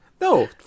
No